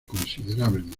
considerablemente